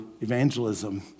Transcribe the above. evangelism